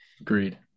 Agreed